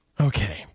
Okay